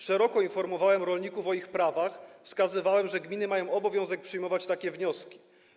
Szeroko informowałem rolników o ich prawach, wskazywałem, że gminy mają obowiązek przyjmować takie wnioski.